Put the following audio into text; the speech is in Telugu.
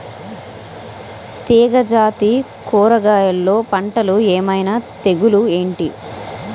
తీగ జాతి కూరగయల్లో పంటలు ఏమైన తెగులు ఏంటి?